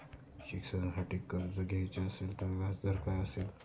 शिक्षणासाठी कर्ज घ्यायचे असेल तर व्याजदर काय असेल?